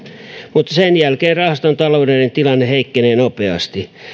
mutta sen jälkeen rahaston taloudellinen tilanne heikkenee nopeasti